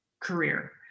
career